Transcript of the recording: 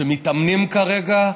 שמתאמנים כרגע,